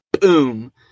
boom